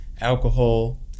alcohol